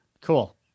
Cool